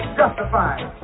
justified